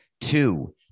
Two